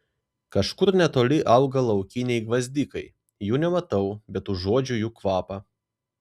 kažkur netoli auga laukiniai gvazdikai jų nematau bet užuodžiu jų kvapą